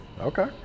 Okay